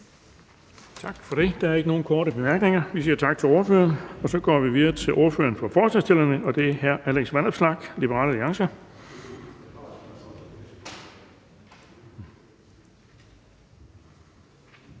Tak for det. Der er ikke flere korte bemærkninger, så vi siger tak til ordføreren. Og så går vi videre til ordføreren for forslagsstillerne, og det er fru Pernille Vermund